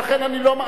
תשמע,